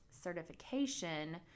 certification